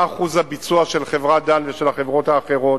מה אחוז הביצוע של חברת "דן" ושל החברות האחרות,